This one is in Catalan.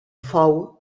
fou